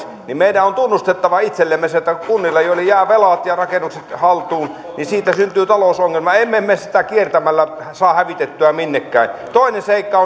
niin meidän on tunnustettava itsellemme se että kun kunnille jäävät velat ja rakennukset haltuun siitä syntyy talousongelmia emme me sitä kiertämällä saa hävitettyä minnekään toinen seikka